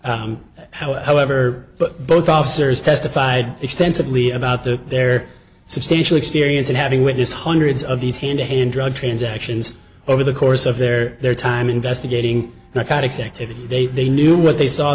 not however but both officers testified extensively about the their substantial experience of having witness hundreds of these hand to hand drug transactions over the course of their their time investigating not exactly the way they knew what they saw